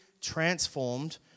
transformed